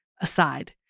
Aside